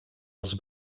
els